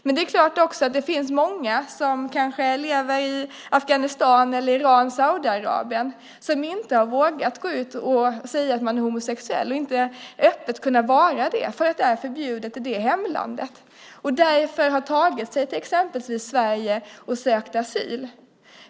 Det är också klart att det finns många som lever i Afghanistan, Iran och Saudiarabien som inte har vågat gå ut med att de är homosexuella och öppet vara det eftersom det är förbjudet i deras hemländer. Därför har de tagit sig exempelvis till Sverige och sökt asyl.